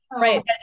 Right